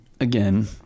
again